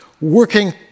working